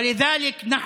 ולכן אנו